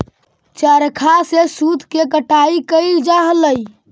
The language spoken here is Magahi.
चरखा से सूत के कटाई कैइल जा हलई